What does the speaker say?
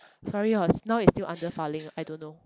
sorry hor now is still under filing I don't know